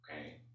Okay